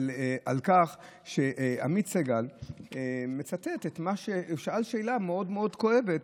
לכך שעמית סגל שאל שאלה מאוד מאוד כואבת